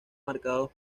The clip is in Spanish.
marcados